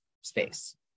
space